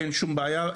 אין שום בעיה.